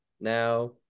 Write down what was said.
now